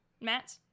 Matt